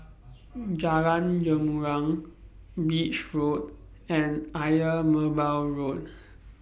Jalan Gumilang Beach Road and Ayer Merbau Road